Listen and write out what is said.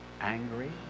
angry